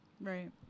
Right